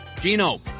Gino